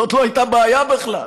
זאת לא הייתה בעיה בכלל,